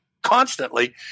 constantly